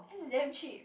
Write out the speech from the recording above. damn cheap